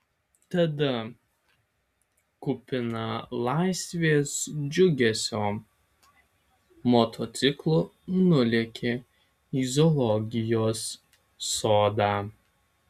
tada kupina laisvės džiugesio motociklu nulėkė į zoologijos sodą